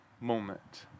moment